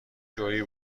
جویی